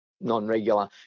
non-regular